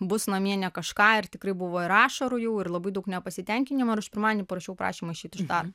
bus namie ne kažką ir tikrai buvo ir ašarų jau ir labai daug nepasitenkinimo ir aš pirmadienį parašiau prašymą išeit iš darbo